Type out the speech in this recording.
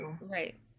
right